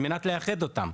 על מנת לאחד אותם.